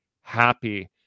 happy